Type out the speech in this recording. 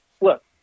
Look